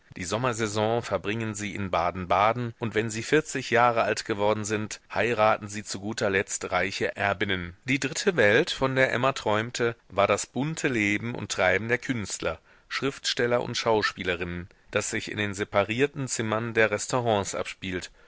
die sommersaison verbringen sie in baden-baden und wenn sie vierzig jahre alt geworden sind heiraten sie zu guter letzt reiche erbinnen die dritte welt von der emma träumte war das bunte leben und treiben der künstler schriftsteller und schauspielerinnen das sich in den separierten zimmern der restaurants abspielt